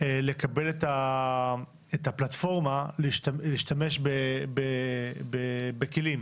לקבל את הפלטפורמה להשתמש בכלים.